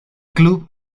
club